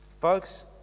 Folks